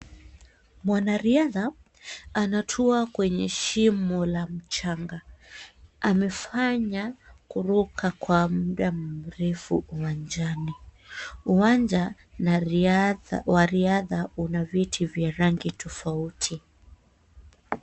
Mwanariadha anatua kwenye shimo la mchanga. Amefanya kuruka kwa muda mrefu uwanjani. Uwanja na riadha wa riadha una vyeti vya rangi tofauti.